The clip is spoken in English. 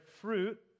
fruit